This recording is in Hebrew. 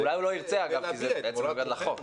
אולי הוא לא ירצה, אגב, כי זה בעצם מנוגד לחוק.